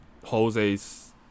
Jose's